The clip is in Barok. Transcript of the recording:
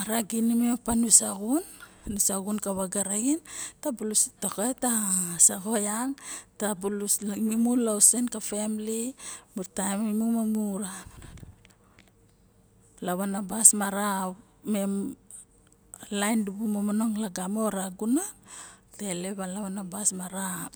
ara ginimo opa nusa xun ka vaga raxin oray ta saxo yak opiang ima lausenka family opiang imu lavanabas ma ra o ma raem dibu momonong lagamo xa gunon ta elep a lavanabas ma ra